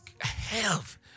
health